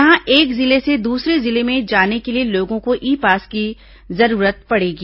यहां एक जिले से दूसरे जिले में जाने के लिए लोगों को ई पास की जरूरत पड़ेगी